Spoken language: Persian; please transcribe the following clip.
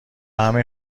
همین